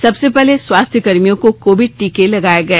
सबसे पहले स्वास्थ्यकर्मियों को कोविड टीके लगाए गए